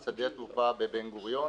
בשדה התעופה בן גוריון.